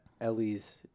Ellie's